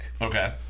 Okay